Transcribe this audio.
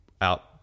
out